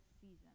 season